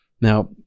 Now